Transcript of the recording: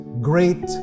great